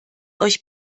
euch